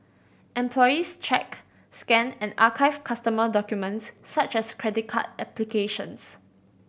employees check scan and archive customer documents such as credit card applications